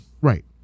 Right